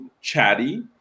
chatty